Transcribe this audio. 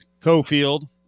Cofield